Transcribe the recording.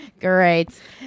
Great